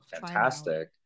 fantastic